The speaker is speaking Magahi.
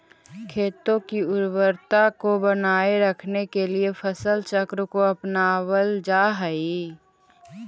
खेतों की उर्वरता को बनाए रखने के लिए फसल चक्र को अपनावल जा हई